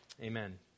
amen